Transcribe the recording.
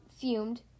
fumed